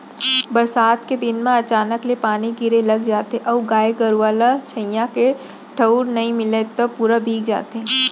बरसात के दिन म अचानक ले पानी गिरे लग जाथे अउ गाय गरूआ ल छंइहाए के ठउर नइ मिलय त पूरा भींग जाथे